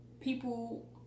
people